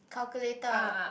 calculator